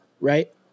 right